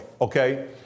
okay